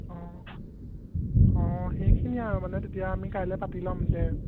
অঁ অঁ সেইখিনিয়ে আৰু মানে তেতিয়া আমি কাইলৈ পাতি ল'ম দে